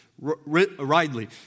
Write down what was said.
Ridley